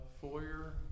foyer